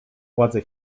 władze